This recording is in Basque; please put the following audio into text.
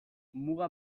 muga